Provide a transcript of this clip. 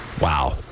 Wow